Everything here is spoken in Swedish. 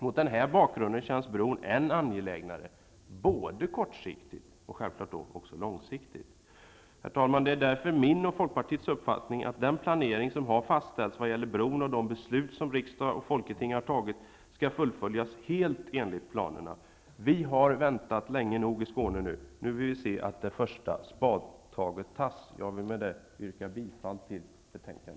Mot denna bakgrund känns bron än angelägnare både kortsiktigt och långsiktigt. Herr talman! Det är därför min och Folkpartiets förhoppning att den planering som har fastställts vad gäller bron och de beslut som riksdag och folketing har fattat skall fullföljas helt enligt planerna. Vi har väntat länge nog i Skåne. Nu vill vi se att det första spadtaget tas. Jag vill med detta yrka bifall till utskottets hemställan.